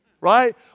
right